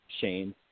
Shane